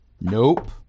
nope